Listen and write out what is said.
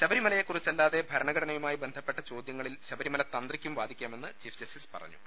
ശബരിമലയെ കുറിച്ചല്ലാതെ ഭരണഘടനയുമായി ബന്ധപ്പെട്ട ചോദ്യങ്ങളിൽ ശ്ബ്രിമല തന്ത്രിക്കും വാദിക്കാമെന്ന് ചീഫ് ജസ്റ്റിസ് പറഞ്ഞു